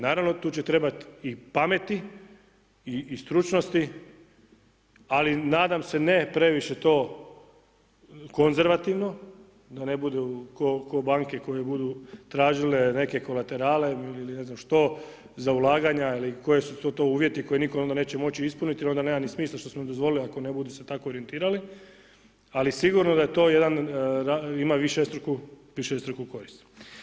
Naravno tu će trebati i pameti i stručnosti ali nadam se ne previše to konzervativno da ne budu kao banke koje budu tražile neke kolateralne ili ne znam što za ulaganja ili koji su to uvjeti koje nitko onda neće moći ispuniti jer onda nema ni smisla što smo dozvolili ako ne budu se tako orijentirali ali sigurno da je to jedan, ima višestruku korist.